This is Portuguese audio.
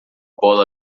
bola